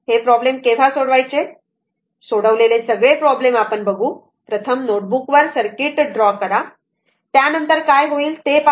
हे प्रॉब्लेम केव्हा सोडवायचे सोडवलेले सगळे प्रॉब्लेम आपण बघू प्रथम नोटबुकवर सर्किट ड्रॉ करा त्यानंतर काय होईल ते पहा